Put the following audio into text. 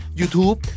YouTube